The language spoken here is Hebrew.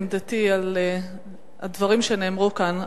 אני לא רוצה להביע את עמדתי על הדברים שנאמרו כאן,